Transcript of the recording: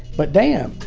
but damn,